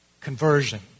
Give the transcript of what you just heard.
Conversion